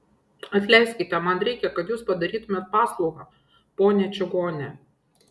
atleiskite man reikia kad jūs padarytumėte paslaugą ponia čigone